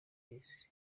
blaise